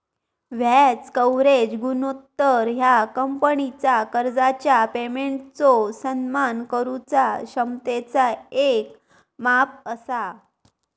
व्याज कव्हरेज गुणोत्तर ह्या कंपनीचा कर्जाच्या पेमेंटचो सन्मान करुचा क्षमतेचा येक माप असा